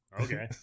Okay